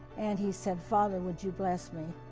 and he said, father, would you bless me?